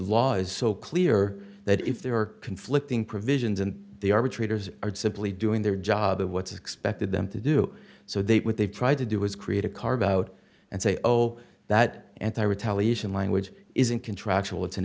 is so clear that if there are conflicting provisions and the arbitrators are simply doing their job what's expected them to do so they what they've tried to do is create a carve out and say oh that anti retaliation language isn't contractual it's an